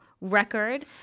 record